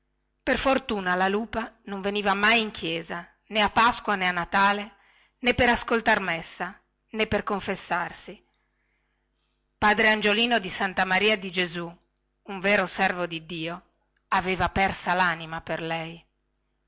per fortuna la lupa non veniva mai in chiesa nè a pasqua nè a natale nè per ascoltar messa nè per confessarsi padre angiolino di santa maria di gesù un vero servo di dio aveva persa lanima per lei